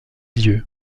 yeux